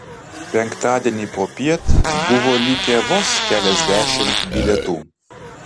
penktadienį popiet buvo likę vos keliasdešimt bilietų